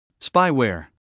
Spyware